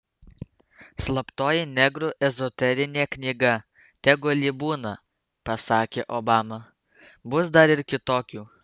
slaptoji negrų ezoterinė knyga tegul ji būna pasakė obama bus dar ir kitokių